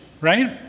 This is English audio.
right